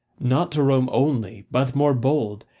not to rome only, but more bold,